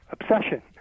obsession